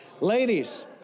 Ladies